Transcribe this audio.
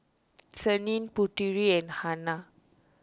Senin Putri and Hana